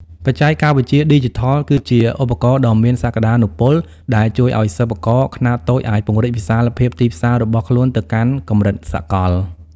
បច្ចេកវិទ្យាឌីជីថលគឺជាឧបករណ៍ដ៏មានសក្ដានុពល ដែលជួយឱ្យសិប្បករខ្នាតតូចអាចពង្រីកវិសាលភាពទីផ្សាររបស់ខ្លួនទៅកាន់កម្រិតសកល។